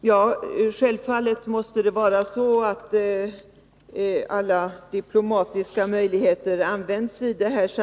Herr talman! Självfallet måste alla diplomatiska möjligheter användas.